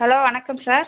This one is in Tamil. ஹலோ வணக்கம் சார்